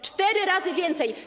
Cztery razy więcej.